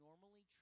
normally